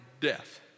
death